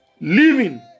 living